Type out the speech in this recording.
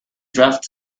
draft